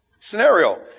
scenario